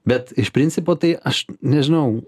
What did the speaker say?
bet iš principo tai aš nežinau